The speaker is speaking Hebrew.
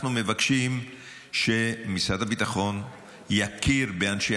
אנחנו מבקשים שמשרד הביטחון יכיר באנשי